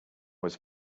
was